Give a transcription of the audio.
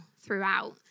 throughout